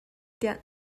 tiah